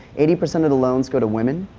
eighty percent of the loans go to women